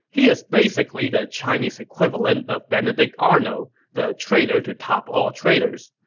he is basically the chinese equivalent of benedict arnold the traitor to top all traitors.